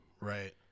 Right